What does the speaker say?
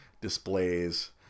displays